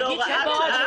בהוראת שעה.